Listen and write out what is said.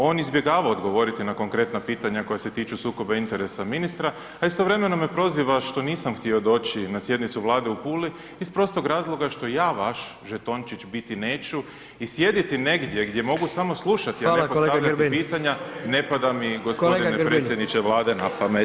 On izbjegava odgovoriti na konkretna pitanja koja se tiču sukoba interesa ministra, a istovremeno me proziva što nisam htio doći na sjednicu Vlade u Puli iz prostog razloga što ja vaš žetončić biti neću i sjediti negdje gdje mogu samo slušati, a ne postavljati pitanja ne pada mi gospodine predsjedniče Vlade na pamet.